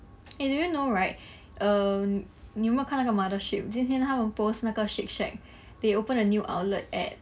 eh do you know right um 你有没有看那个 mothership 今天他们 post 那个 shake shack they opened a new outlet at